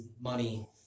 money